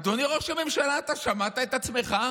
אדוני ראש הממשלה, אתה שמעת את עצמך?